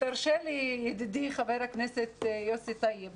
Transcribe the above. תרשה לי, ידידי, חבר הכנסת יוסף טייב.